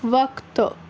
وقت